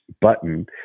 button